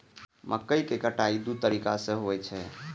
मकइ केर कटाइ दू तरीका सं होइ छै